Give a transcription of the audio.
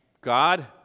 God